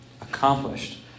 accomplished